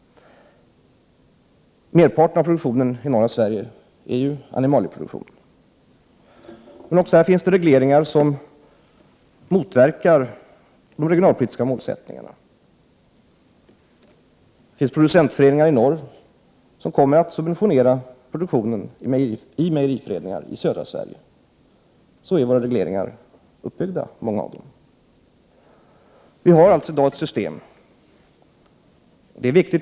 Merparten av produktionen i norra Sverige är animalieproduktion. Men också på detta område finns regleringar som motverkar de regionalpolitiska målsättningarna. Det finns producentföreningar i norr som subventionerar produktionen hos mejeriföreningar i södra Sverige. På det sättet är många av våra regleringar uppbyggda. Vi har i dag ett sådant regleringssystem.